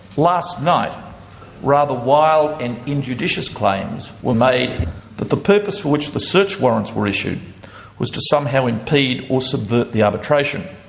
last night rather wild and injudicious claims were made that the purpose for which the search warrants were issued was to somehow impede or subvert the arbitration.